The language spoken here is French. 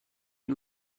est